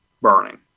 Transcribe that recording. burning